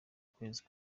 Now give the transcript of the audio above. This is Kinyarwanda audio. kwezi